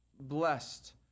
blessed